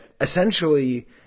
essentially